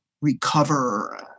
recover